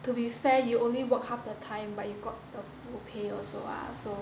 to be fair you only work half the time but you got the full pay also ah so